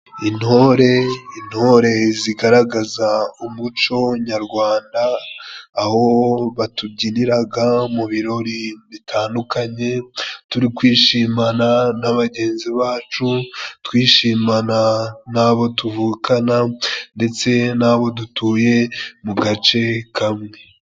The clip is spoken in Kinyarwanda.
Intore, intore zigaragaza umuco nyagwanda aho batubyiniraga mu birori bitandukanye, turi kwishimana na bagenzi bacu, twishimana n'abo tuvukana ndetse n'abo dutuye mu gace kamwe.